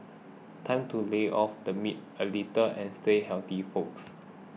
time to lay off the meat a little and stay healthy folks